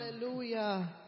Hallelujah